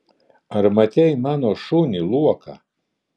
ar matei mano šunį luoką